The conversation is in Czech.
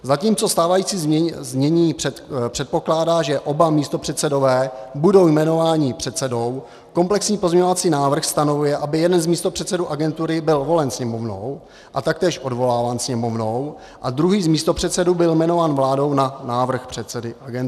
Zatímco stávající znění předpokládá, že oba místopředsedové budou jmenováni předsedou, komplexní pozměňovací návrh stanovuje, aby jeden z místopředsedů agentury byl volen Sněmovnou a taktéž odvoláván Sněmovnou a druhý z místopředsedů byl jmenován vládou na návrh předsedy agentury.